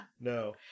No